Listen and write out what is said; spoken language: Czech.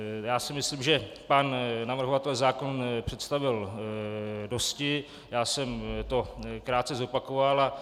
Já si myslím, že pan navrhovatel zákon představil dosti, já jsem to krátce zopakoval.